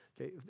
Okay